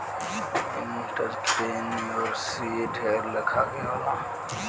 entrepreneurship ढेर लेखा के होला